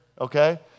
Okay